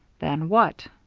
than what?